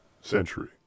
century